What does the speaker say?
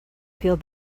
feel